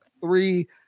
three